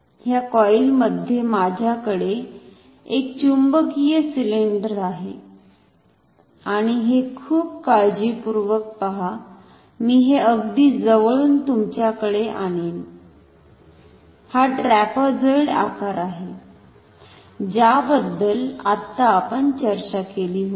ह्या कॉईल मध्ये माझ्याकडे एक चुंबकीय सिलेंडर आहे आणि हे खूप काळजीपूर्वक पहा मी हे अगदी जवळून तुमच्याकडे आणीन हा ट्रॅपेझॉइडल आकार आहे ज्याबद्दल आत्ता आपण चर्चा केली होती